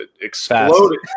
exploded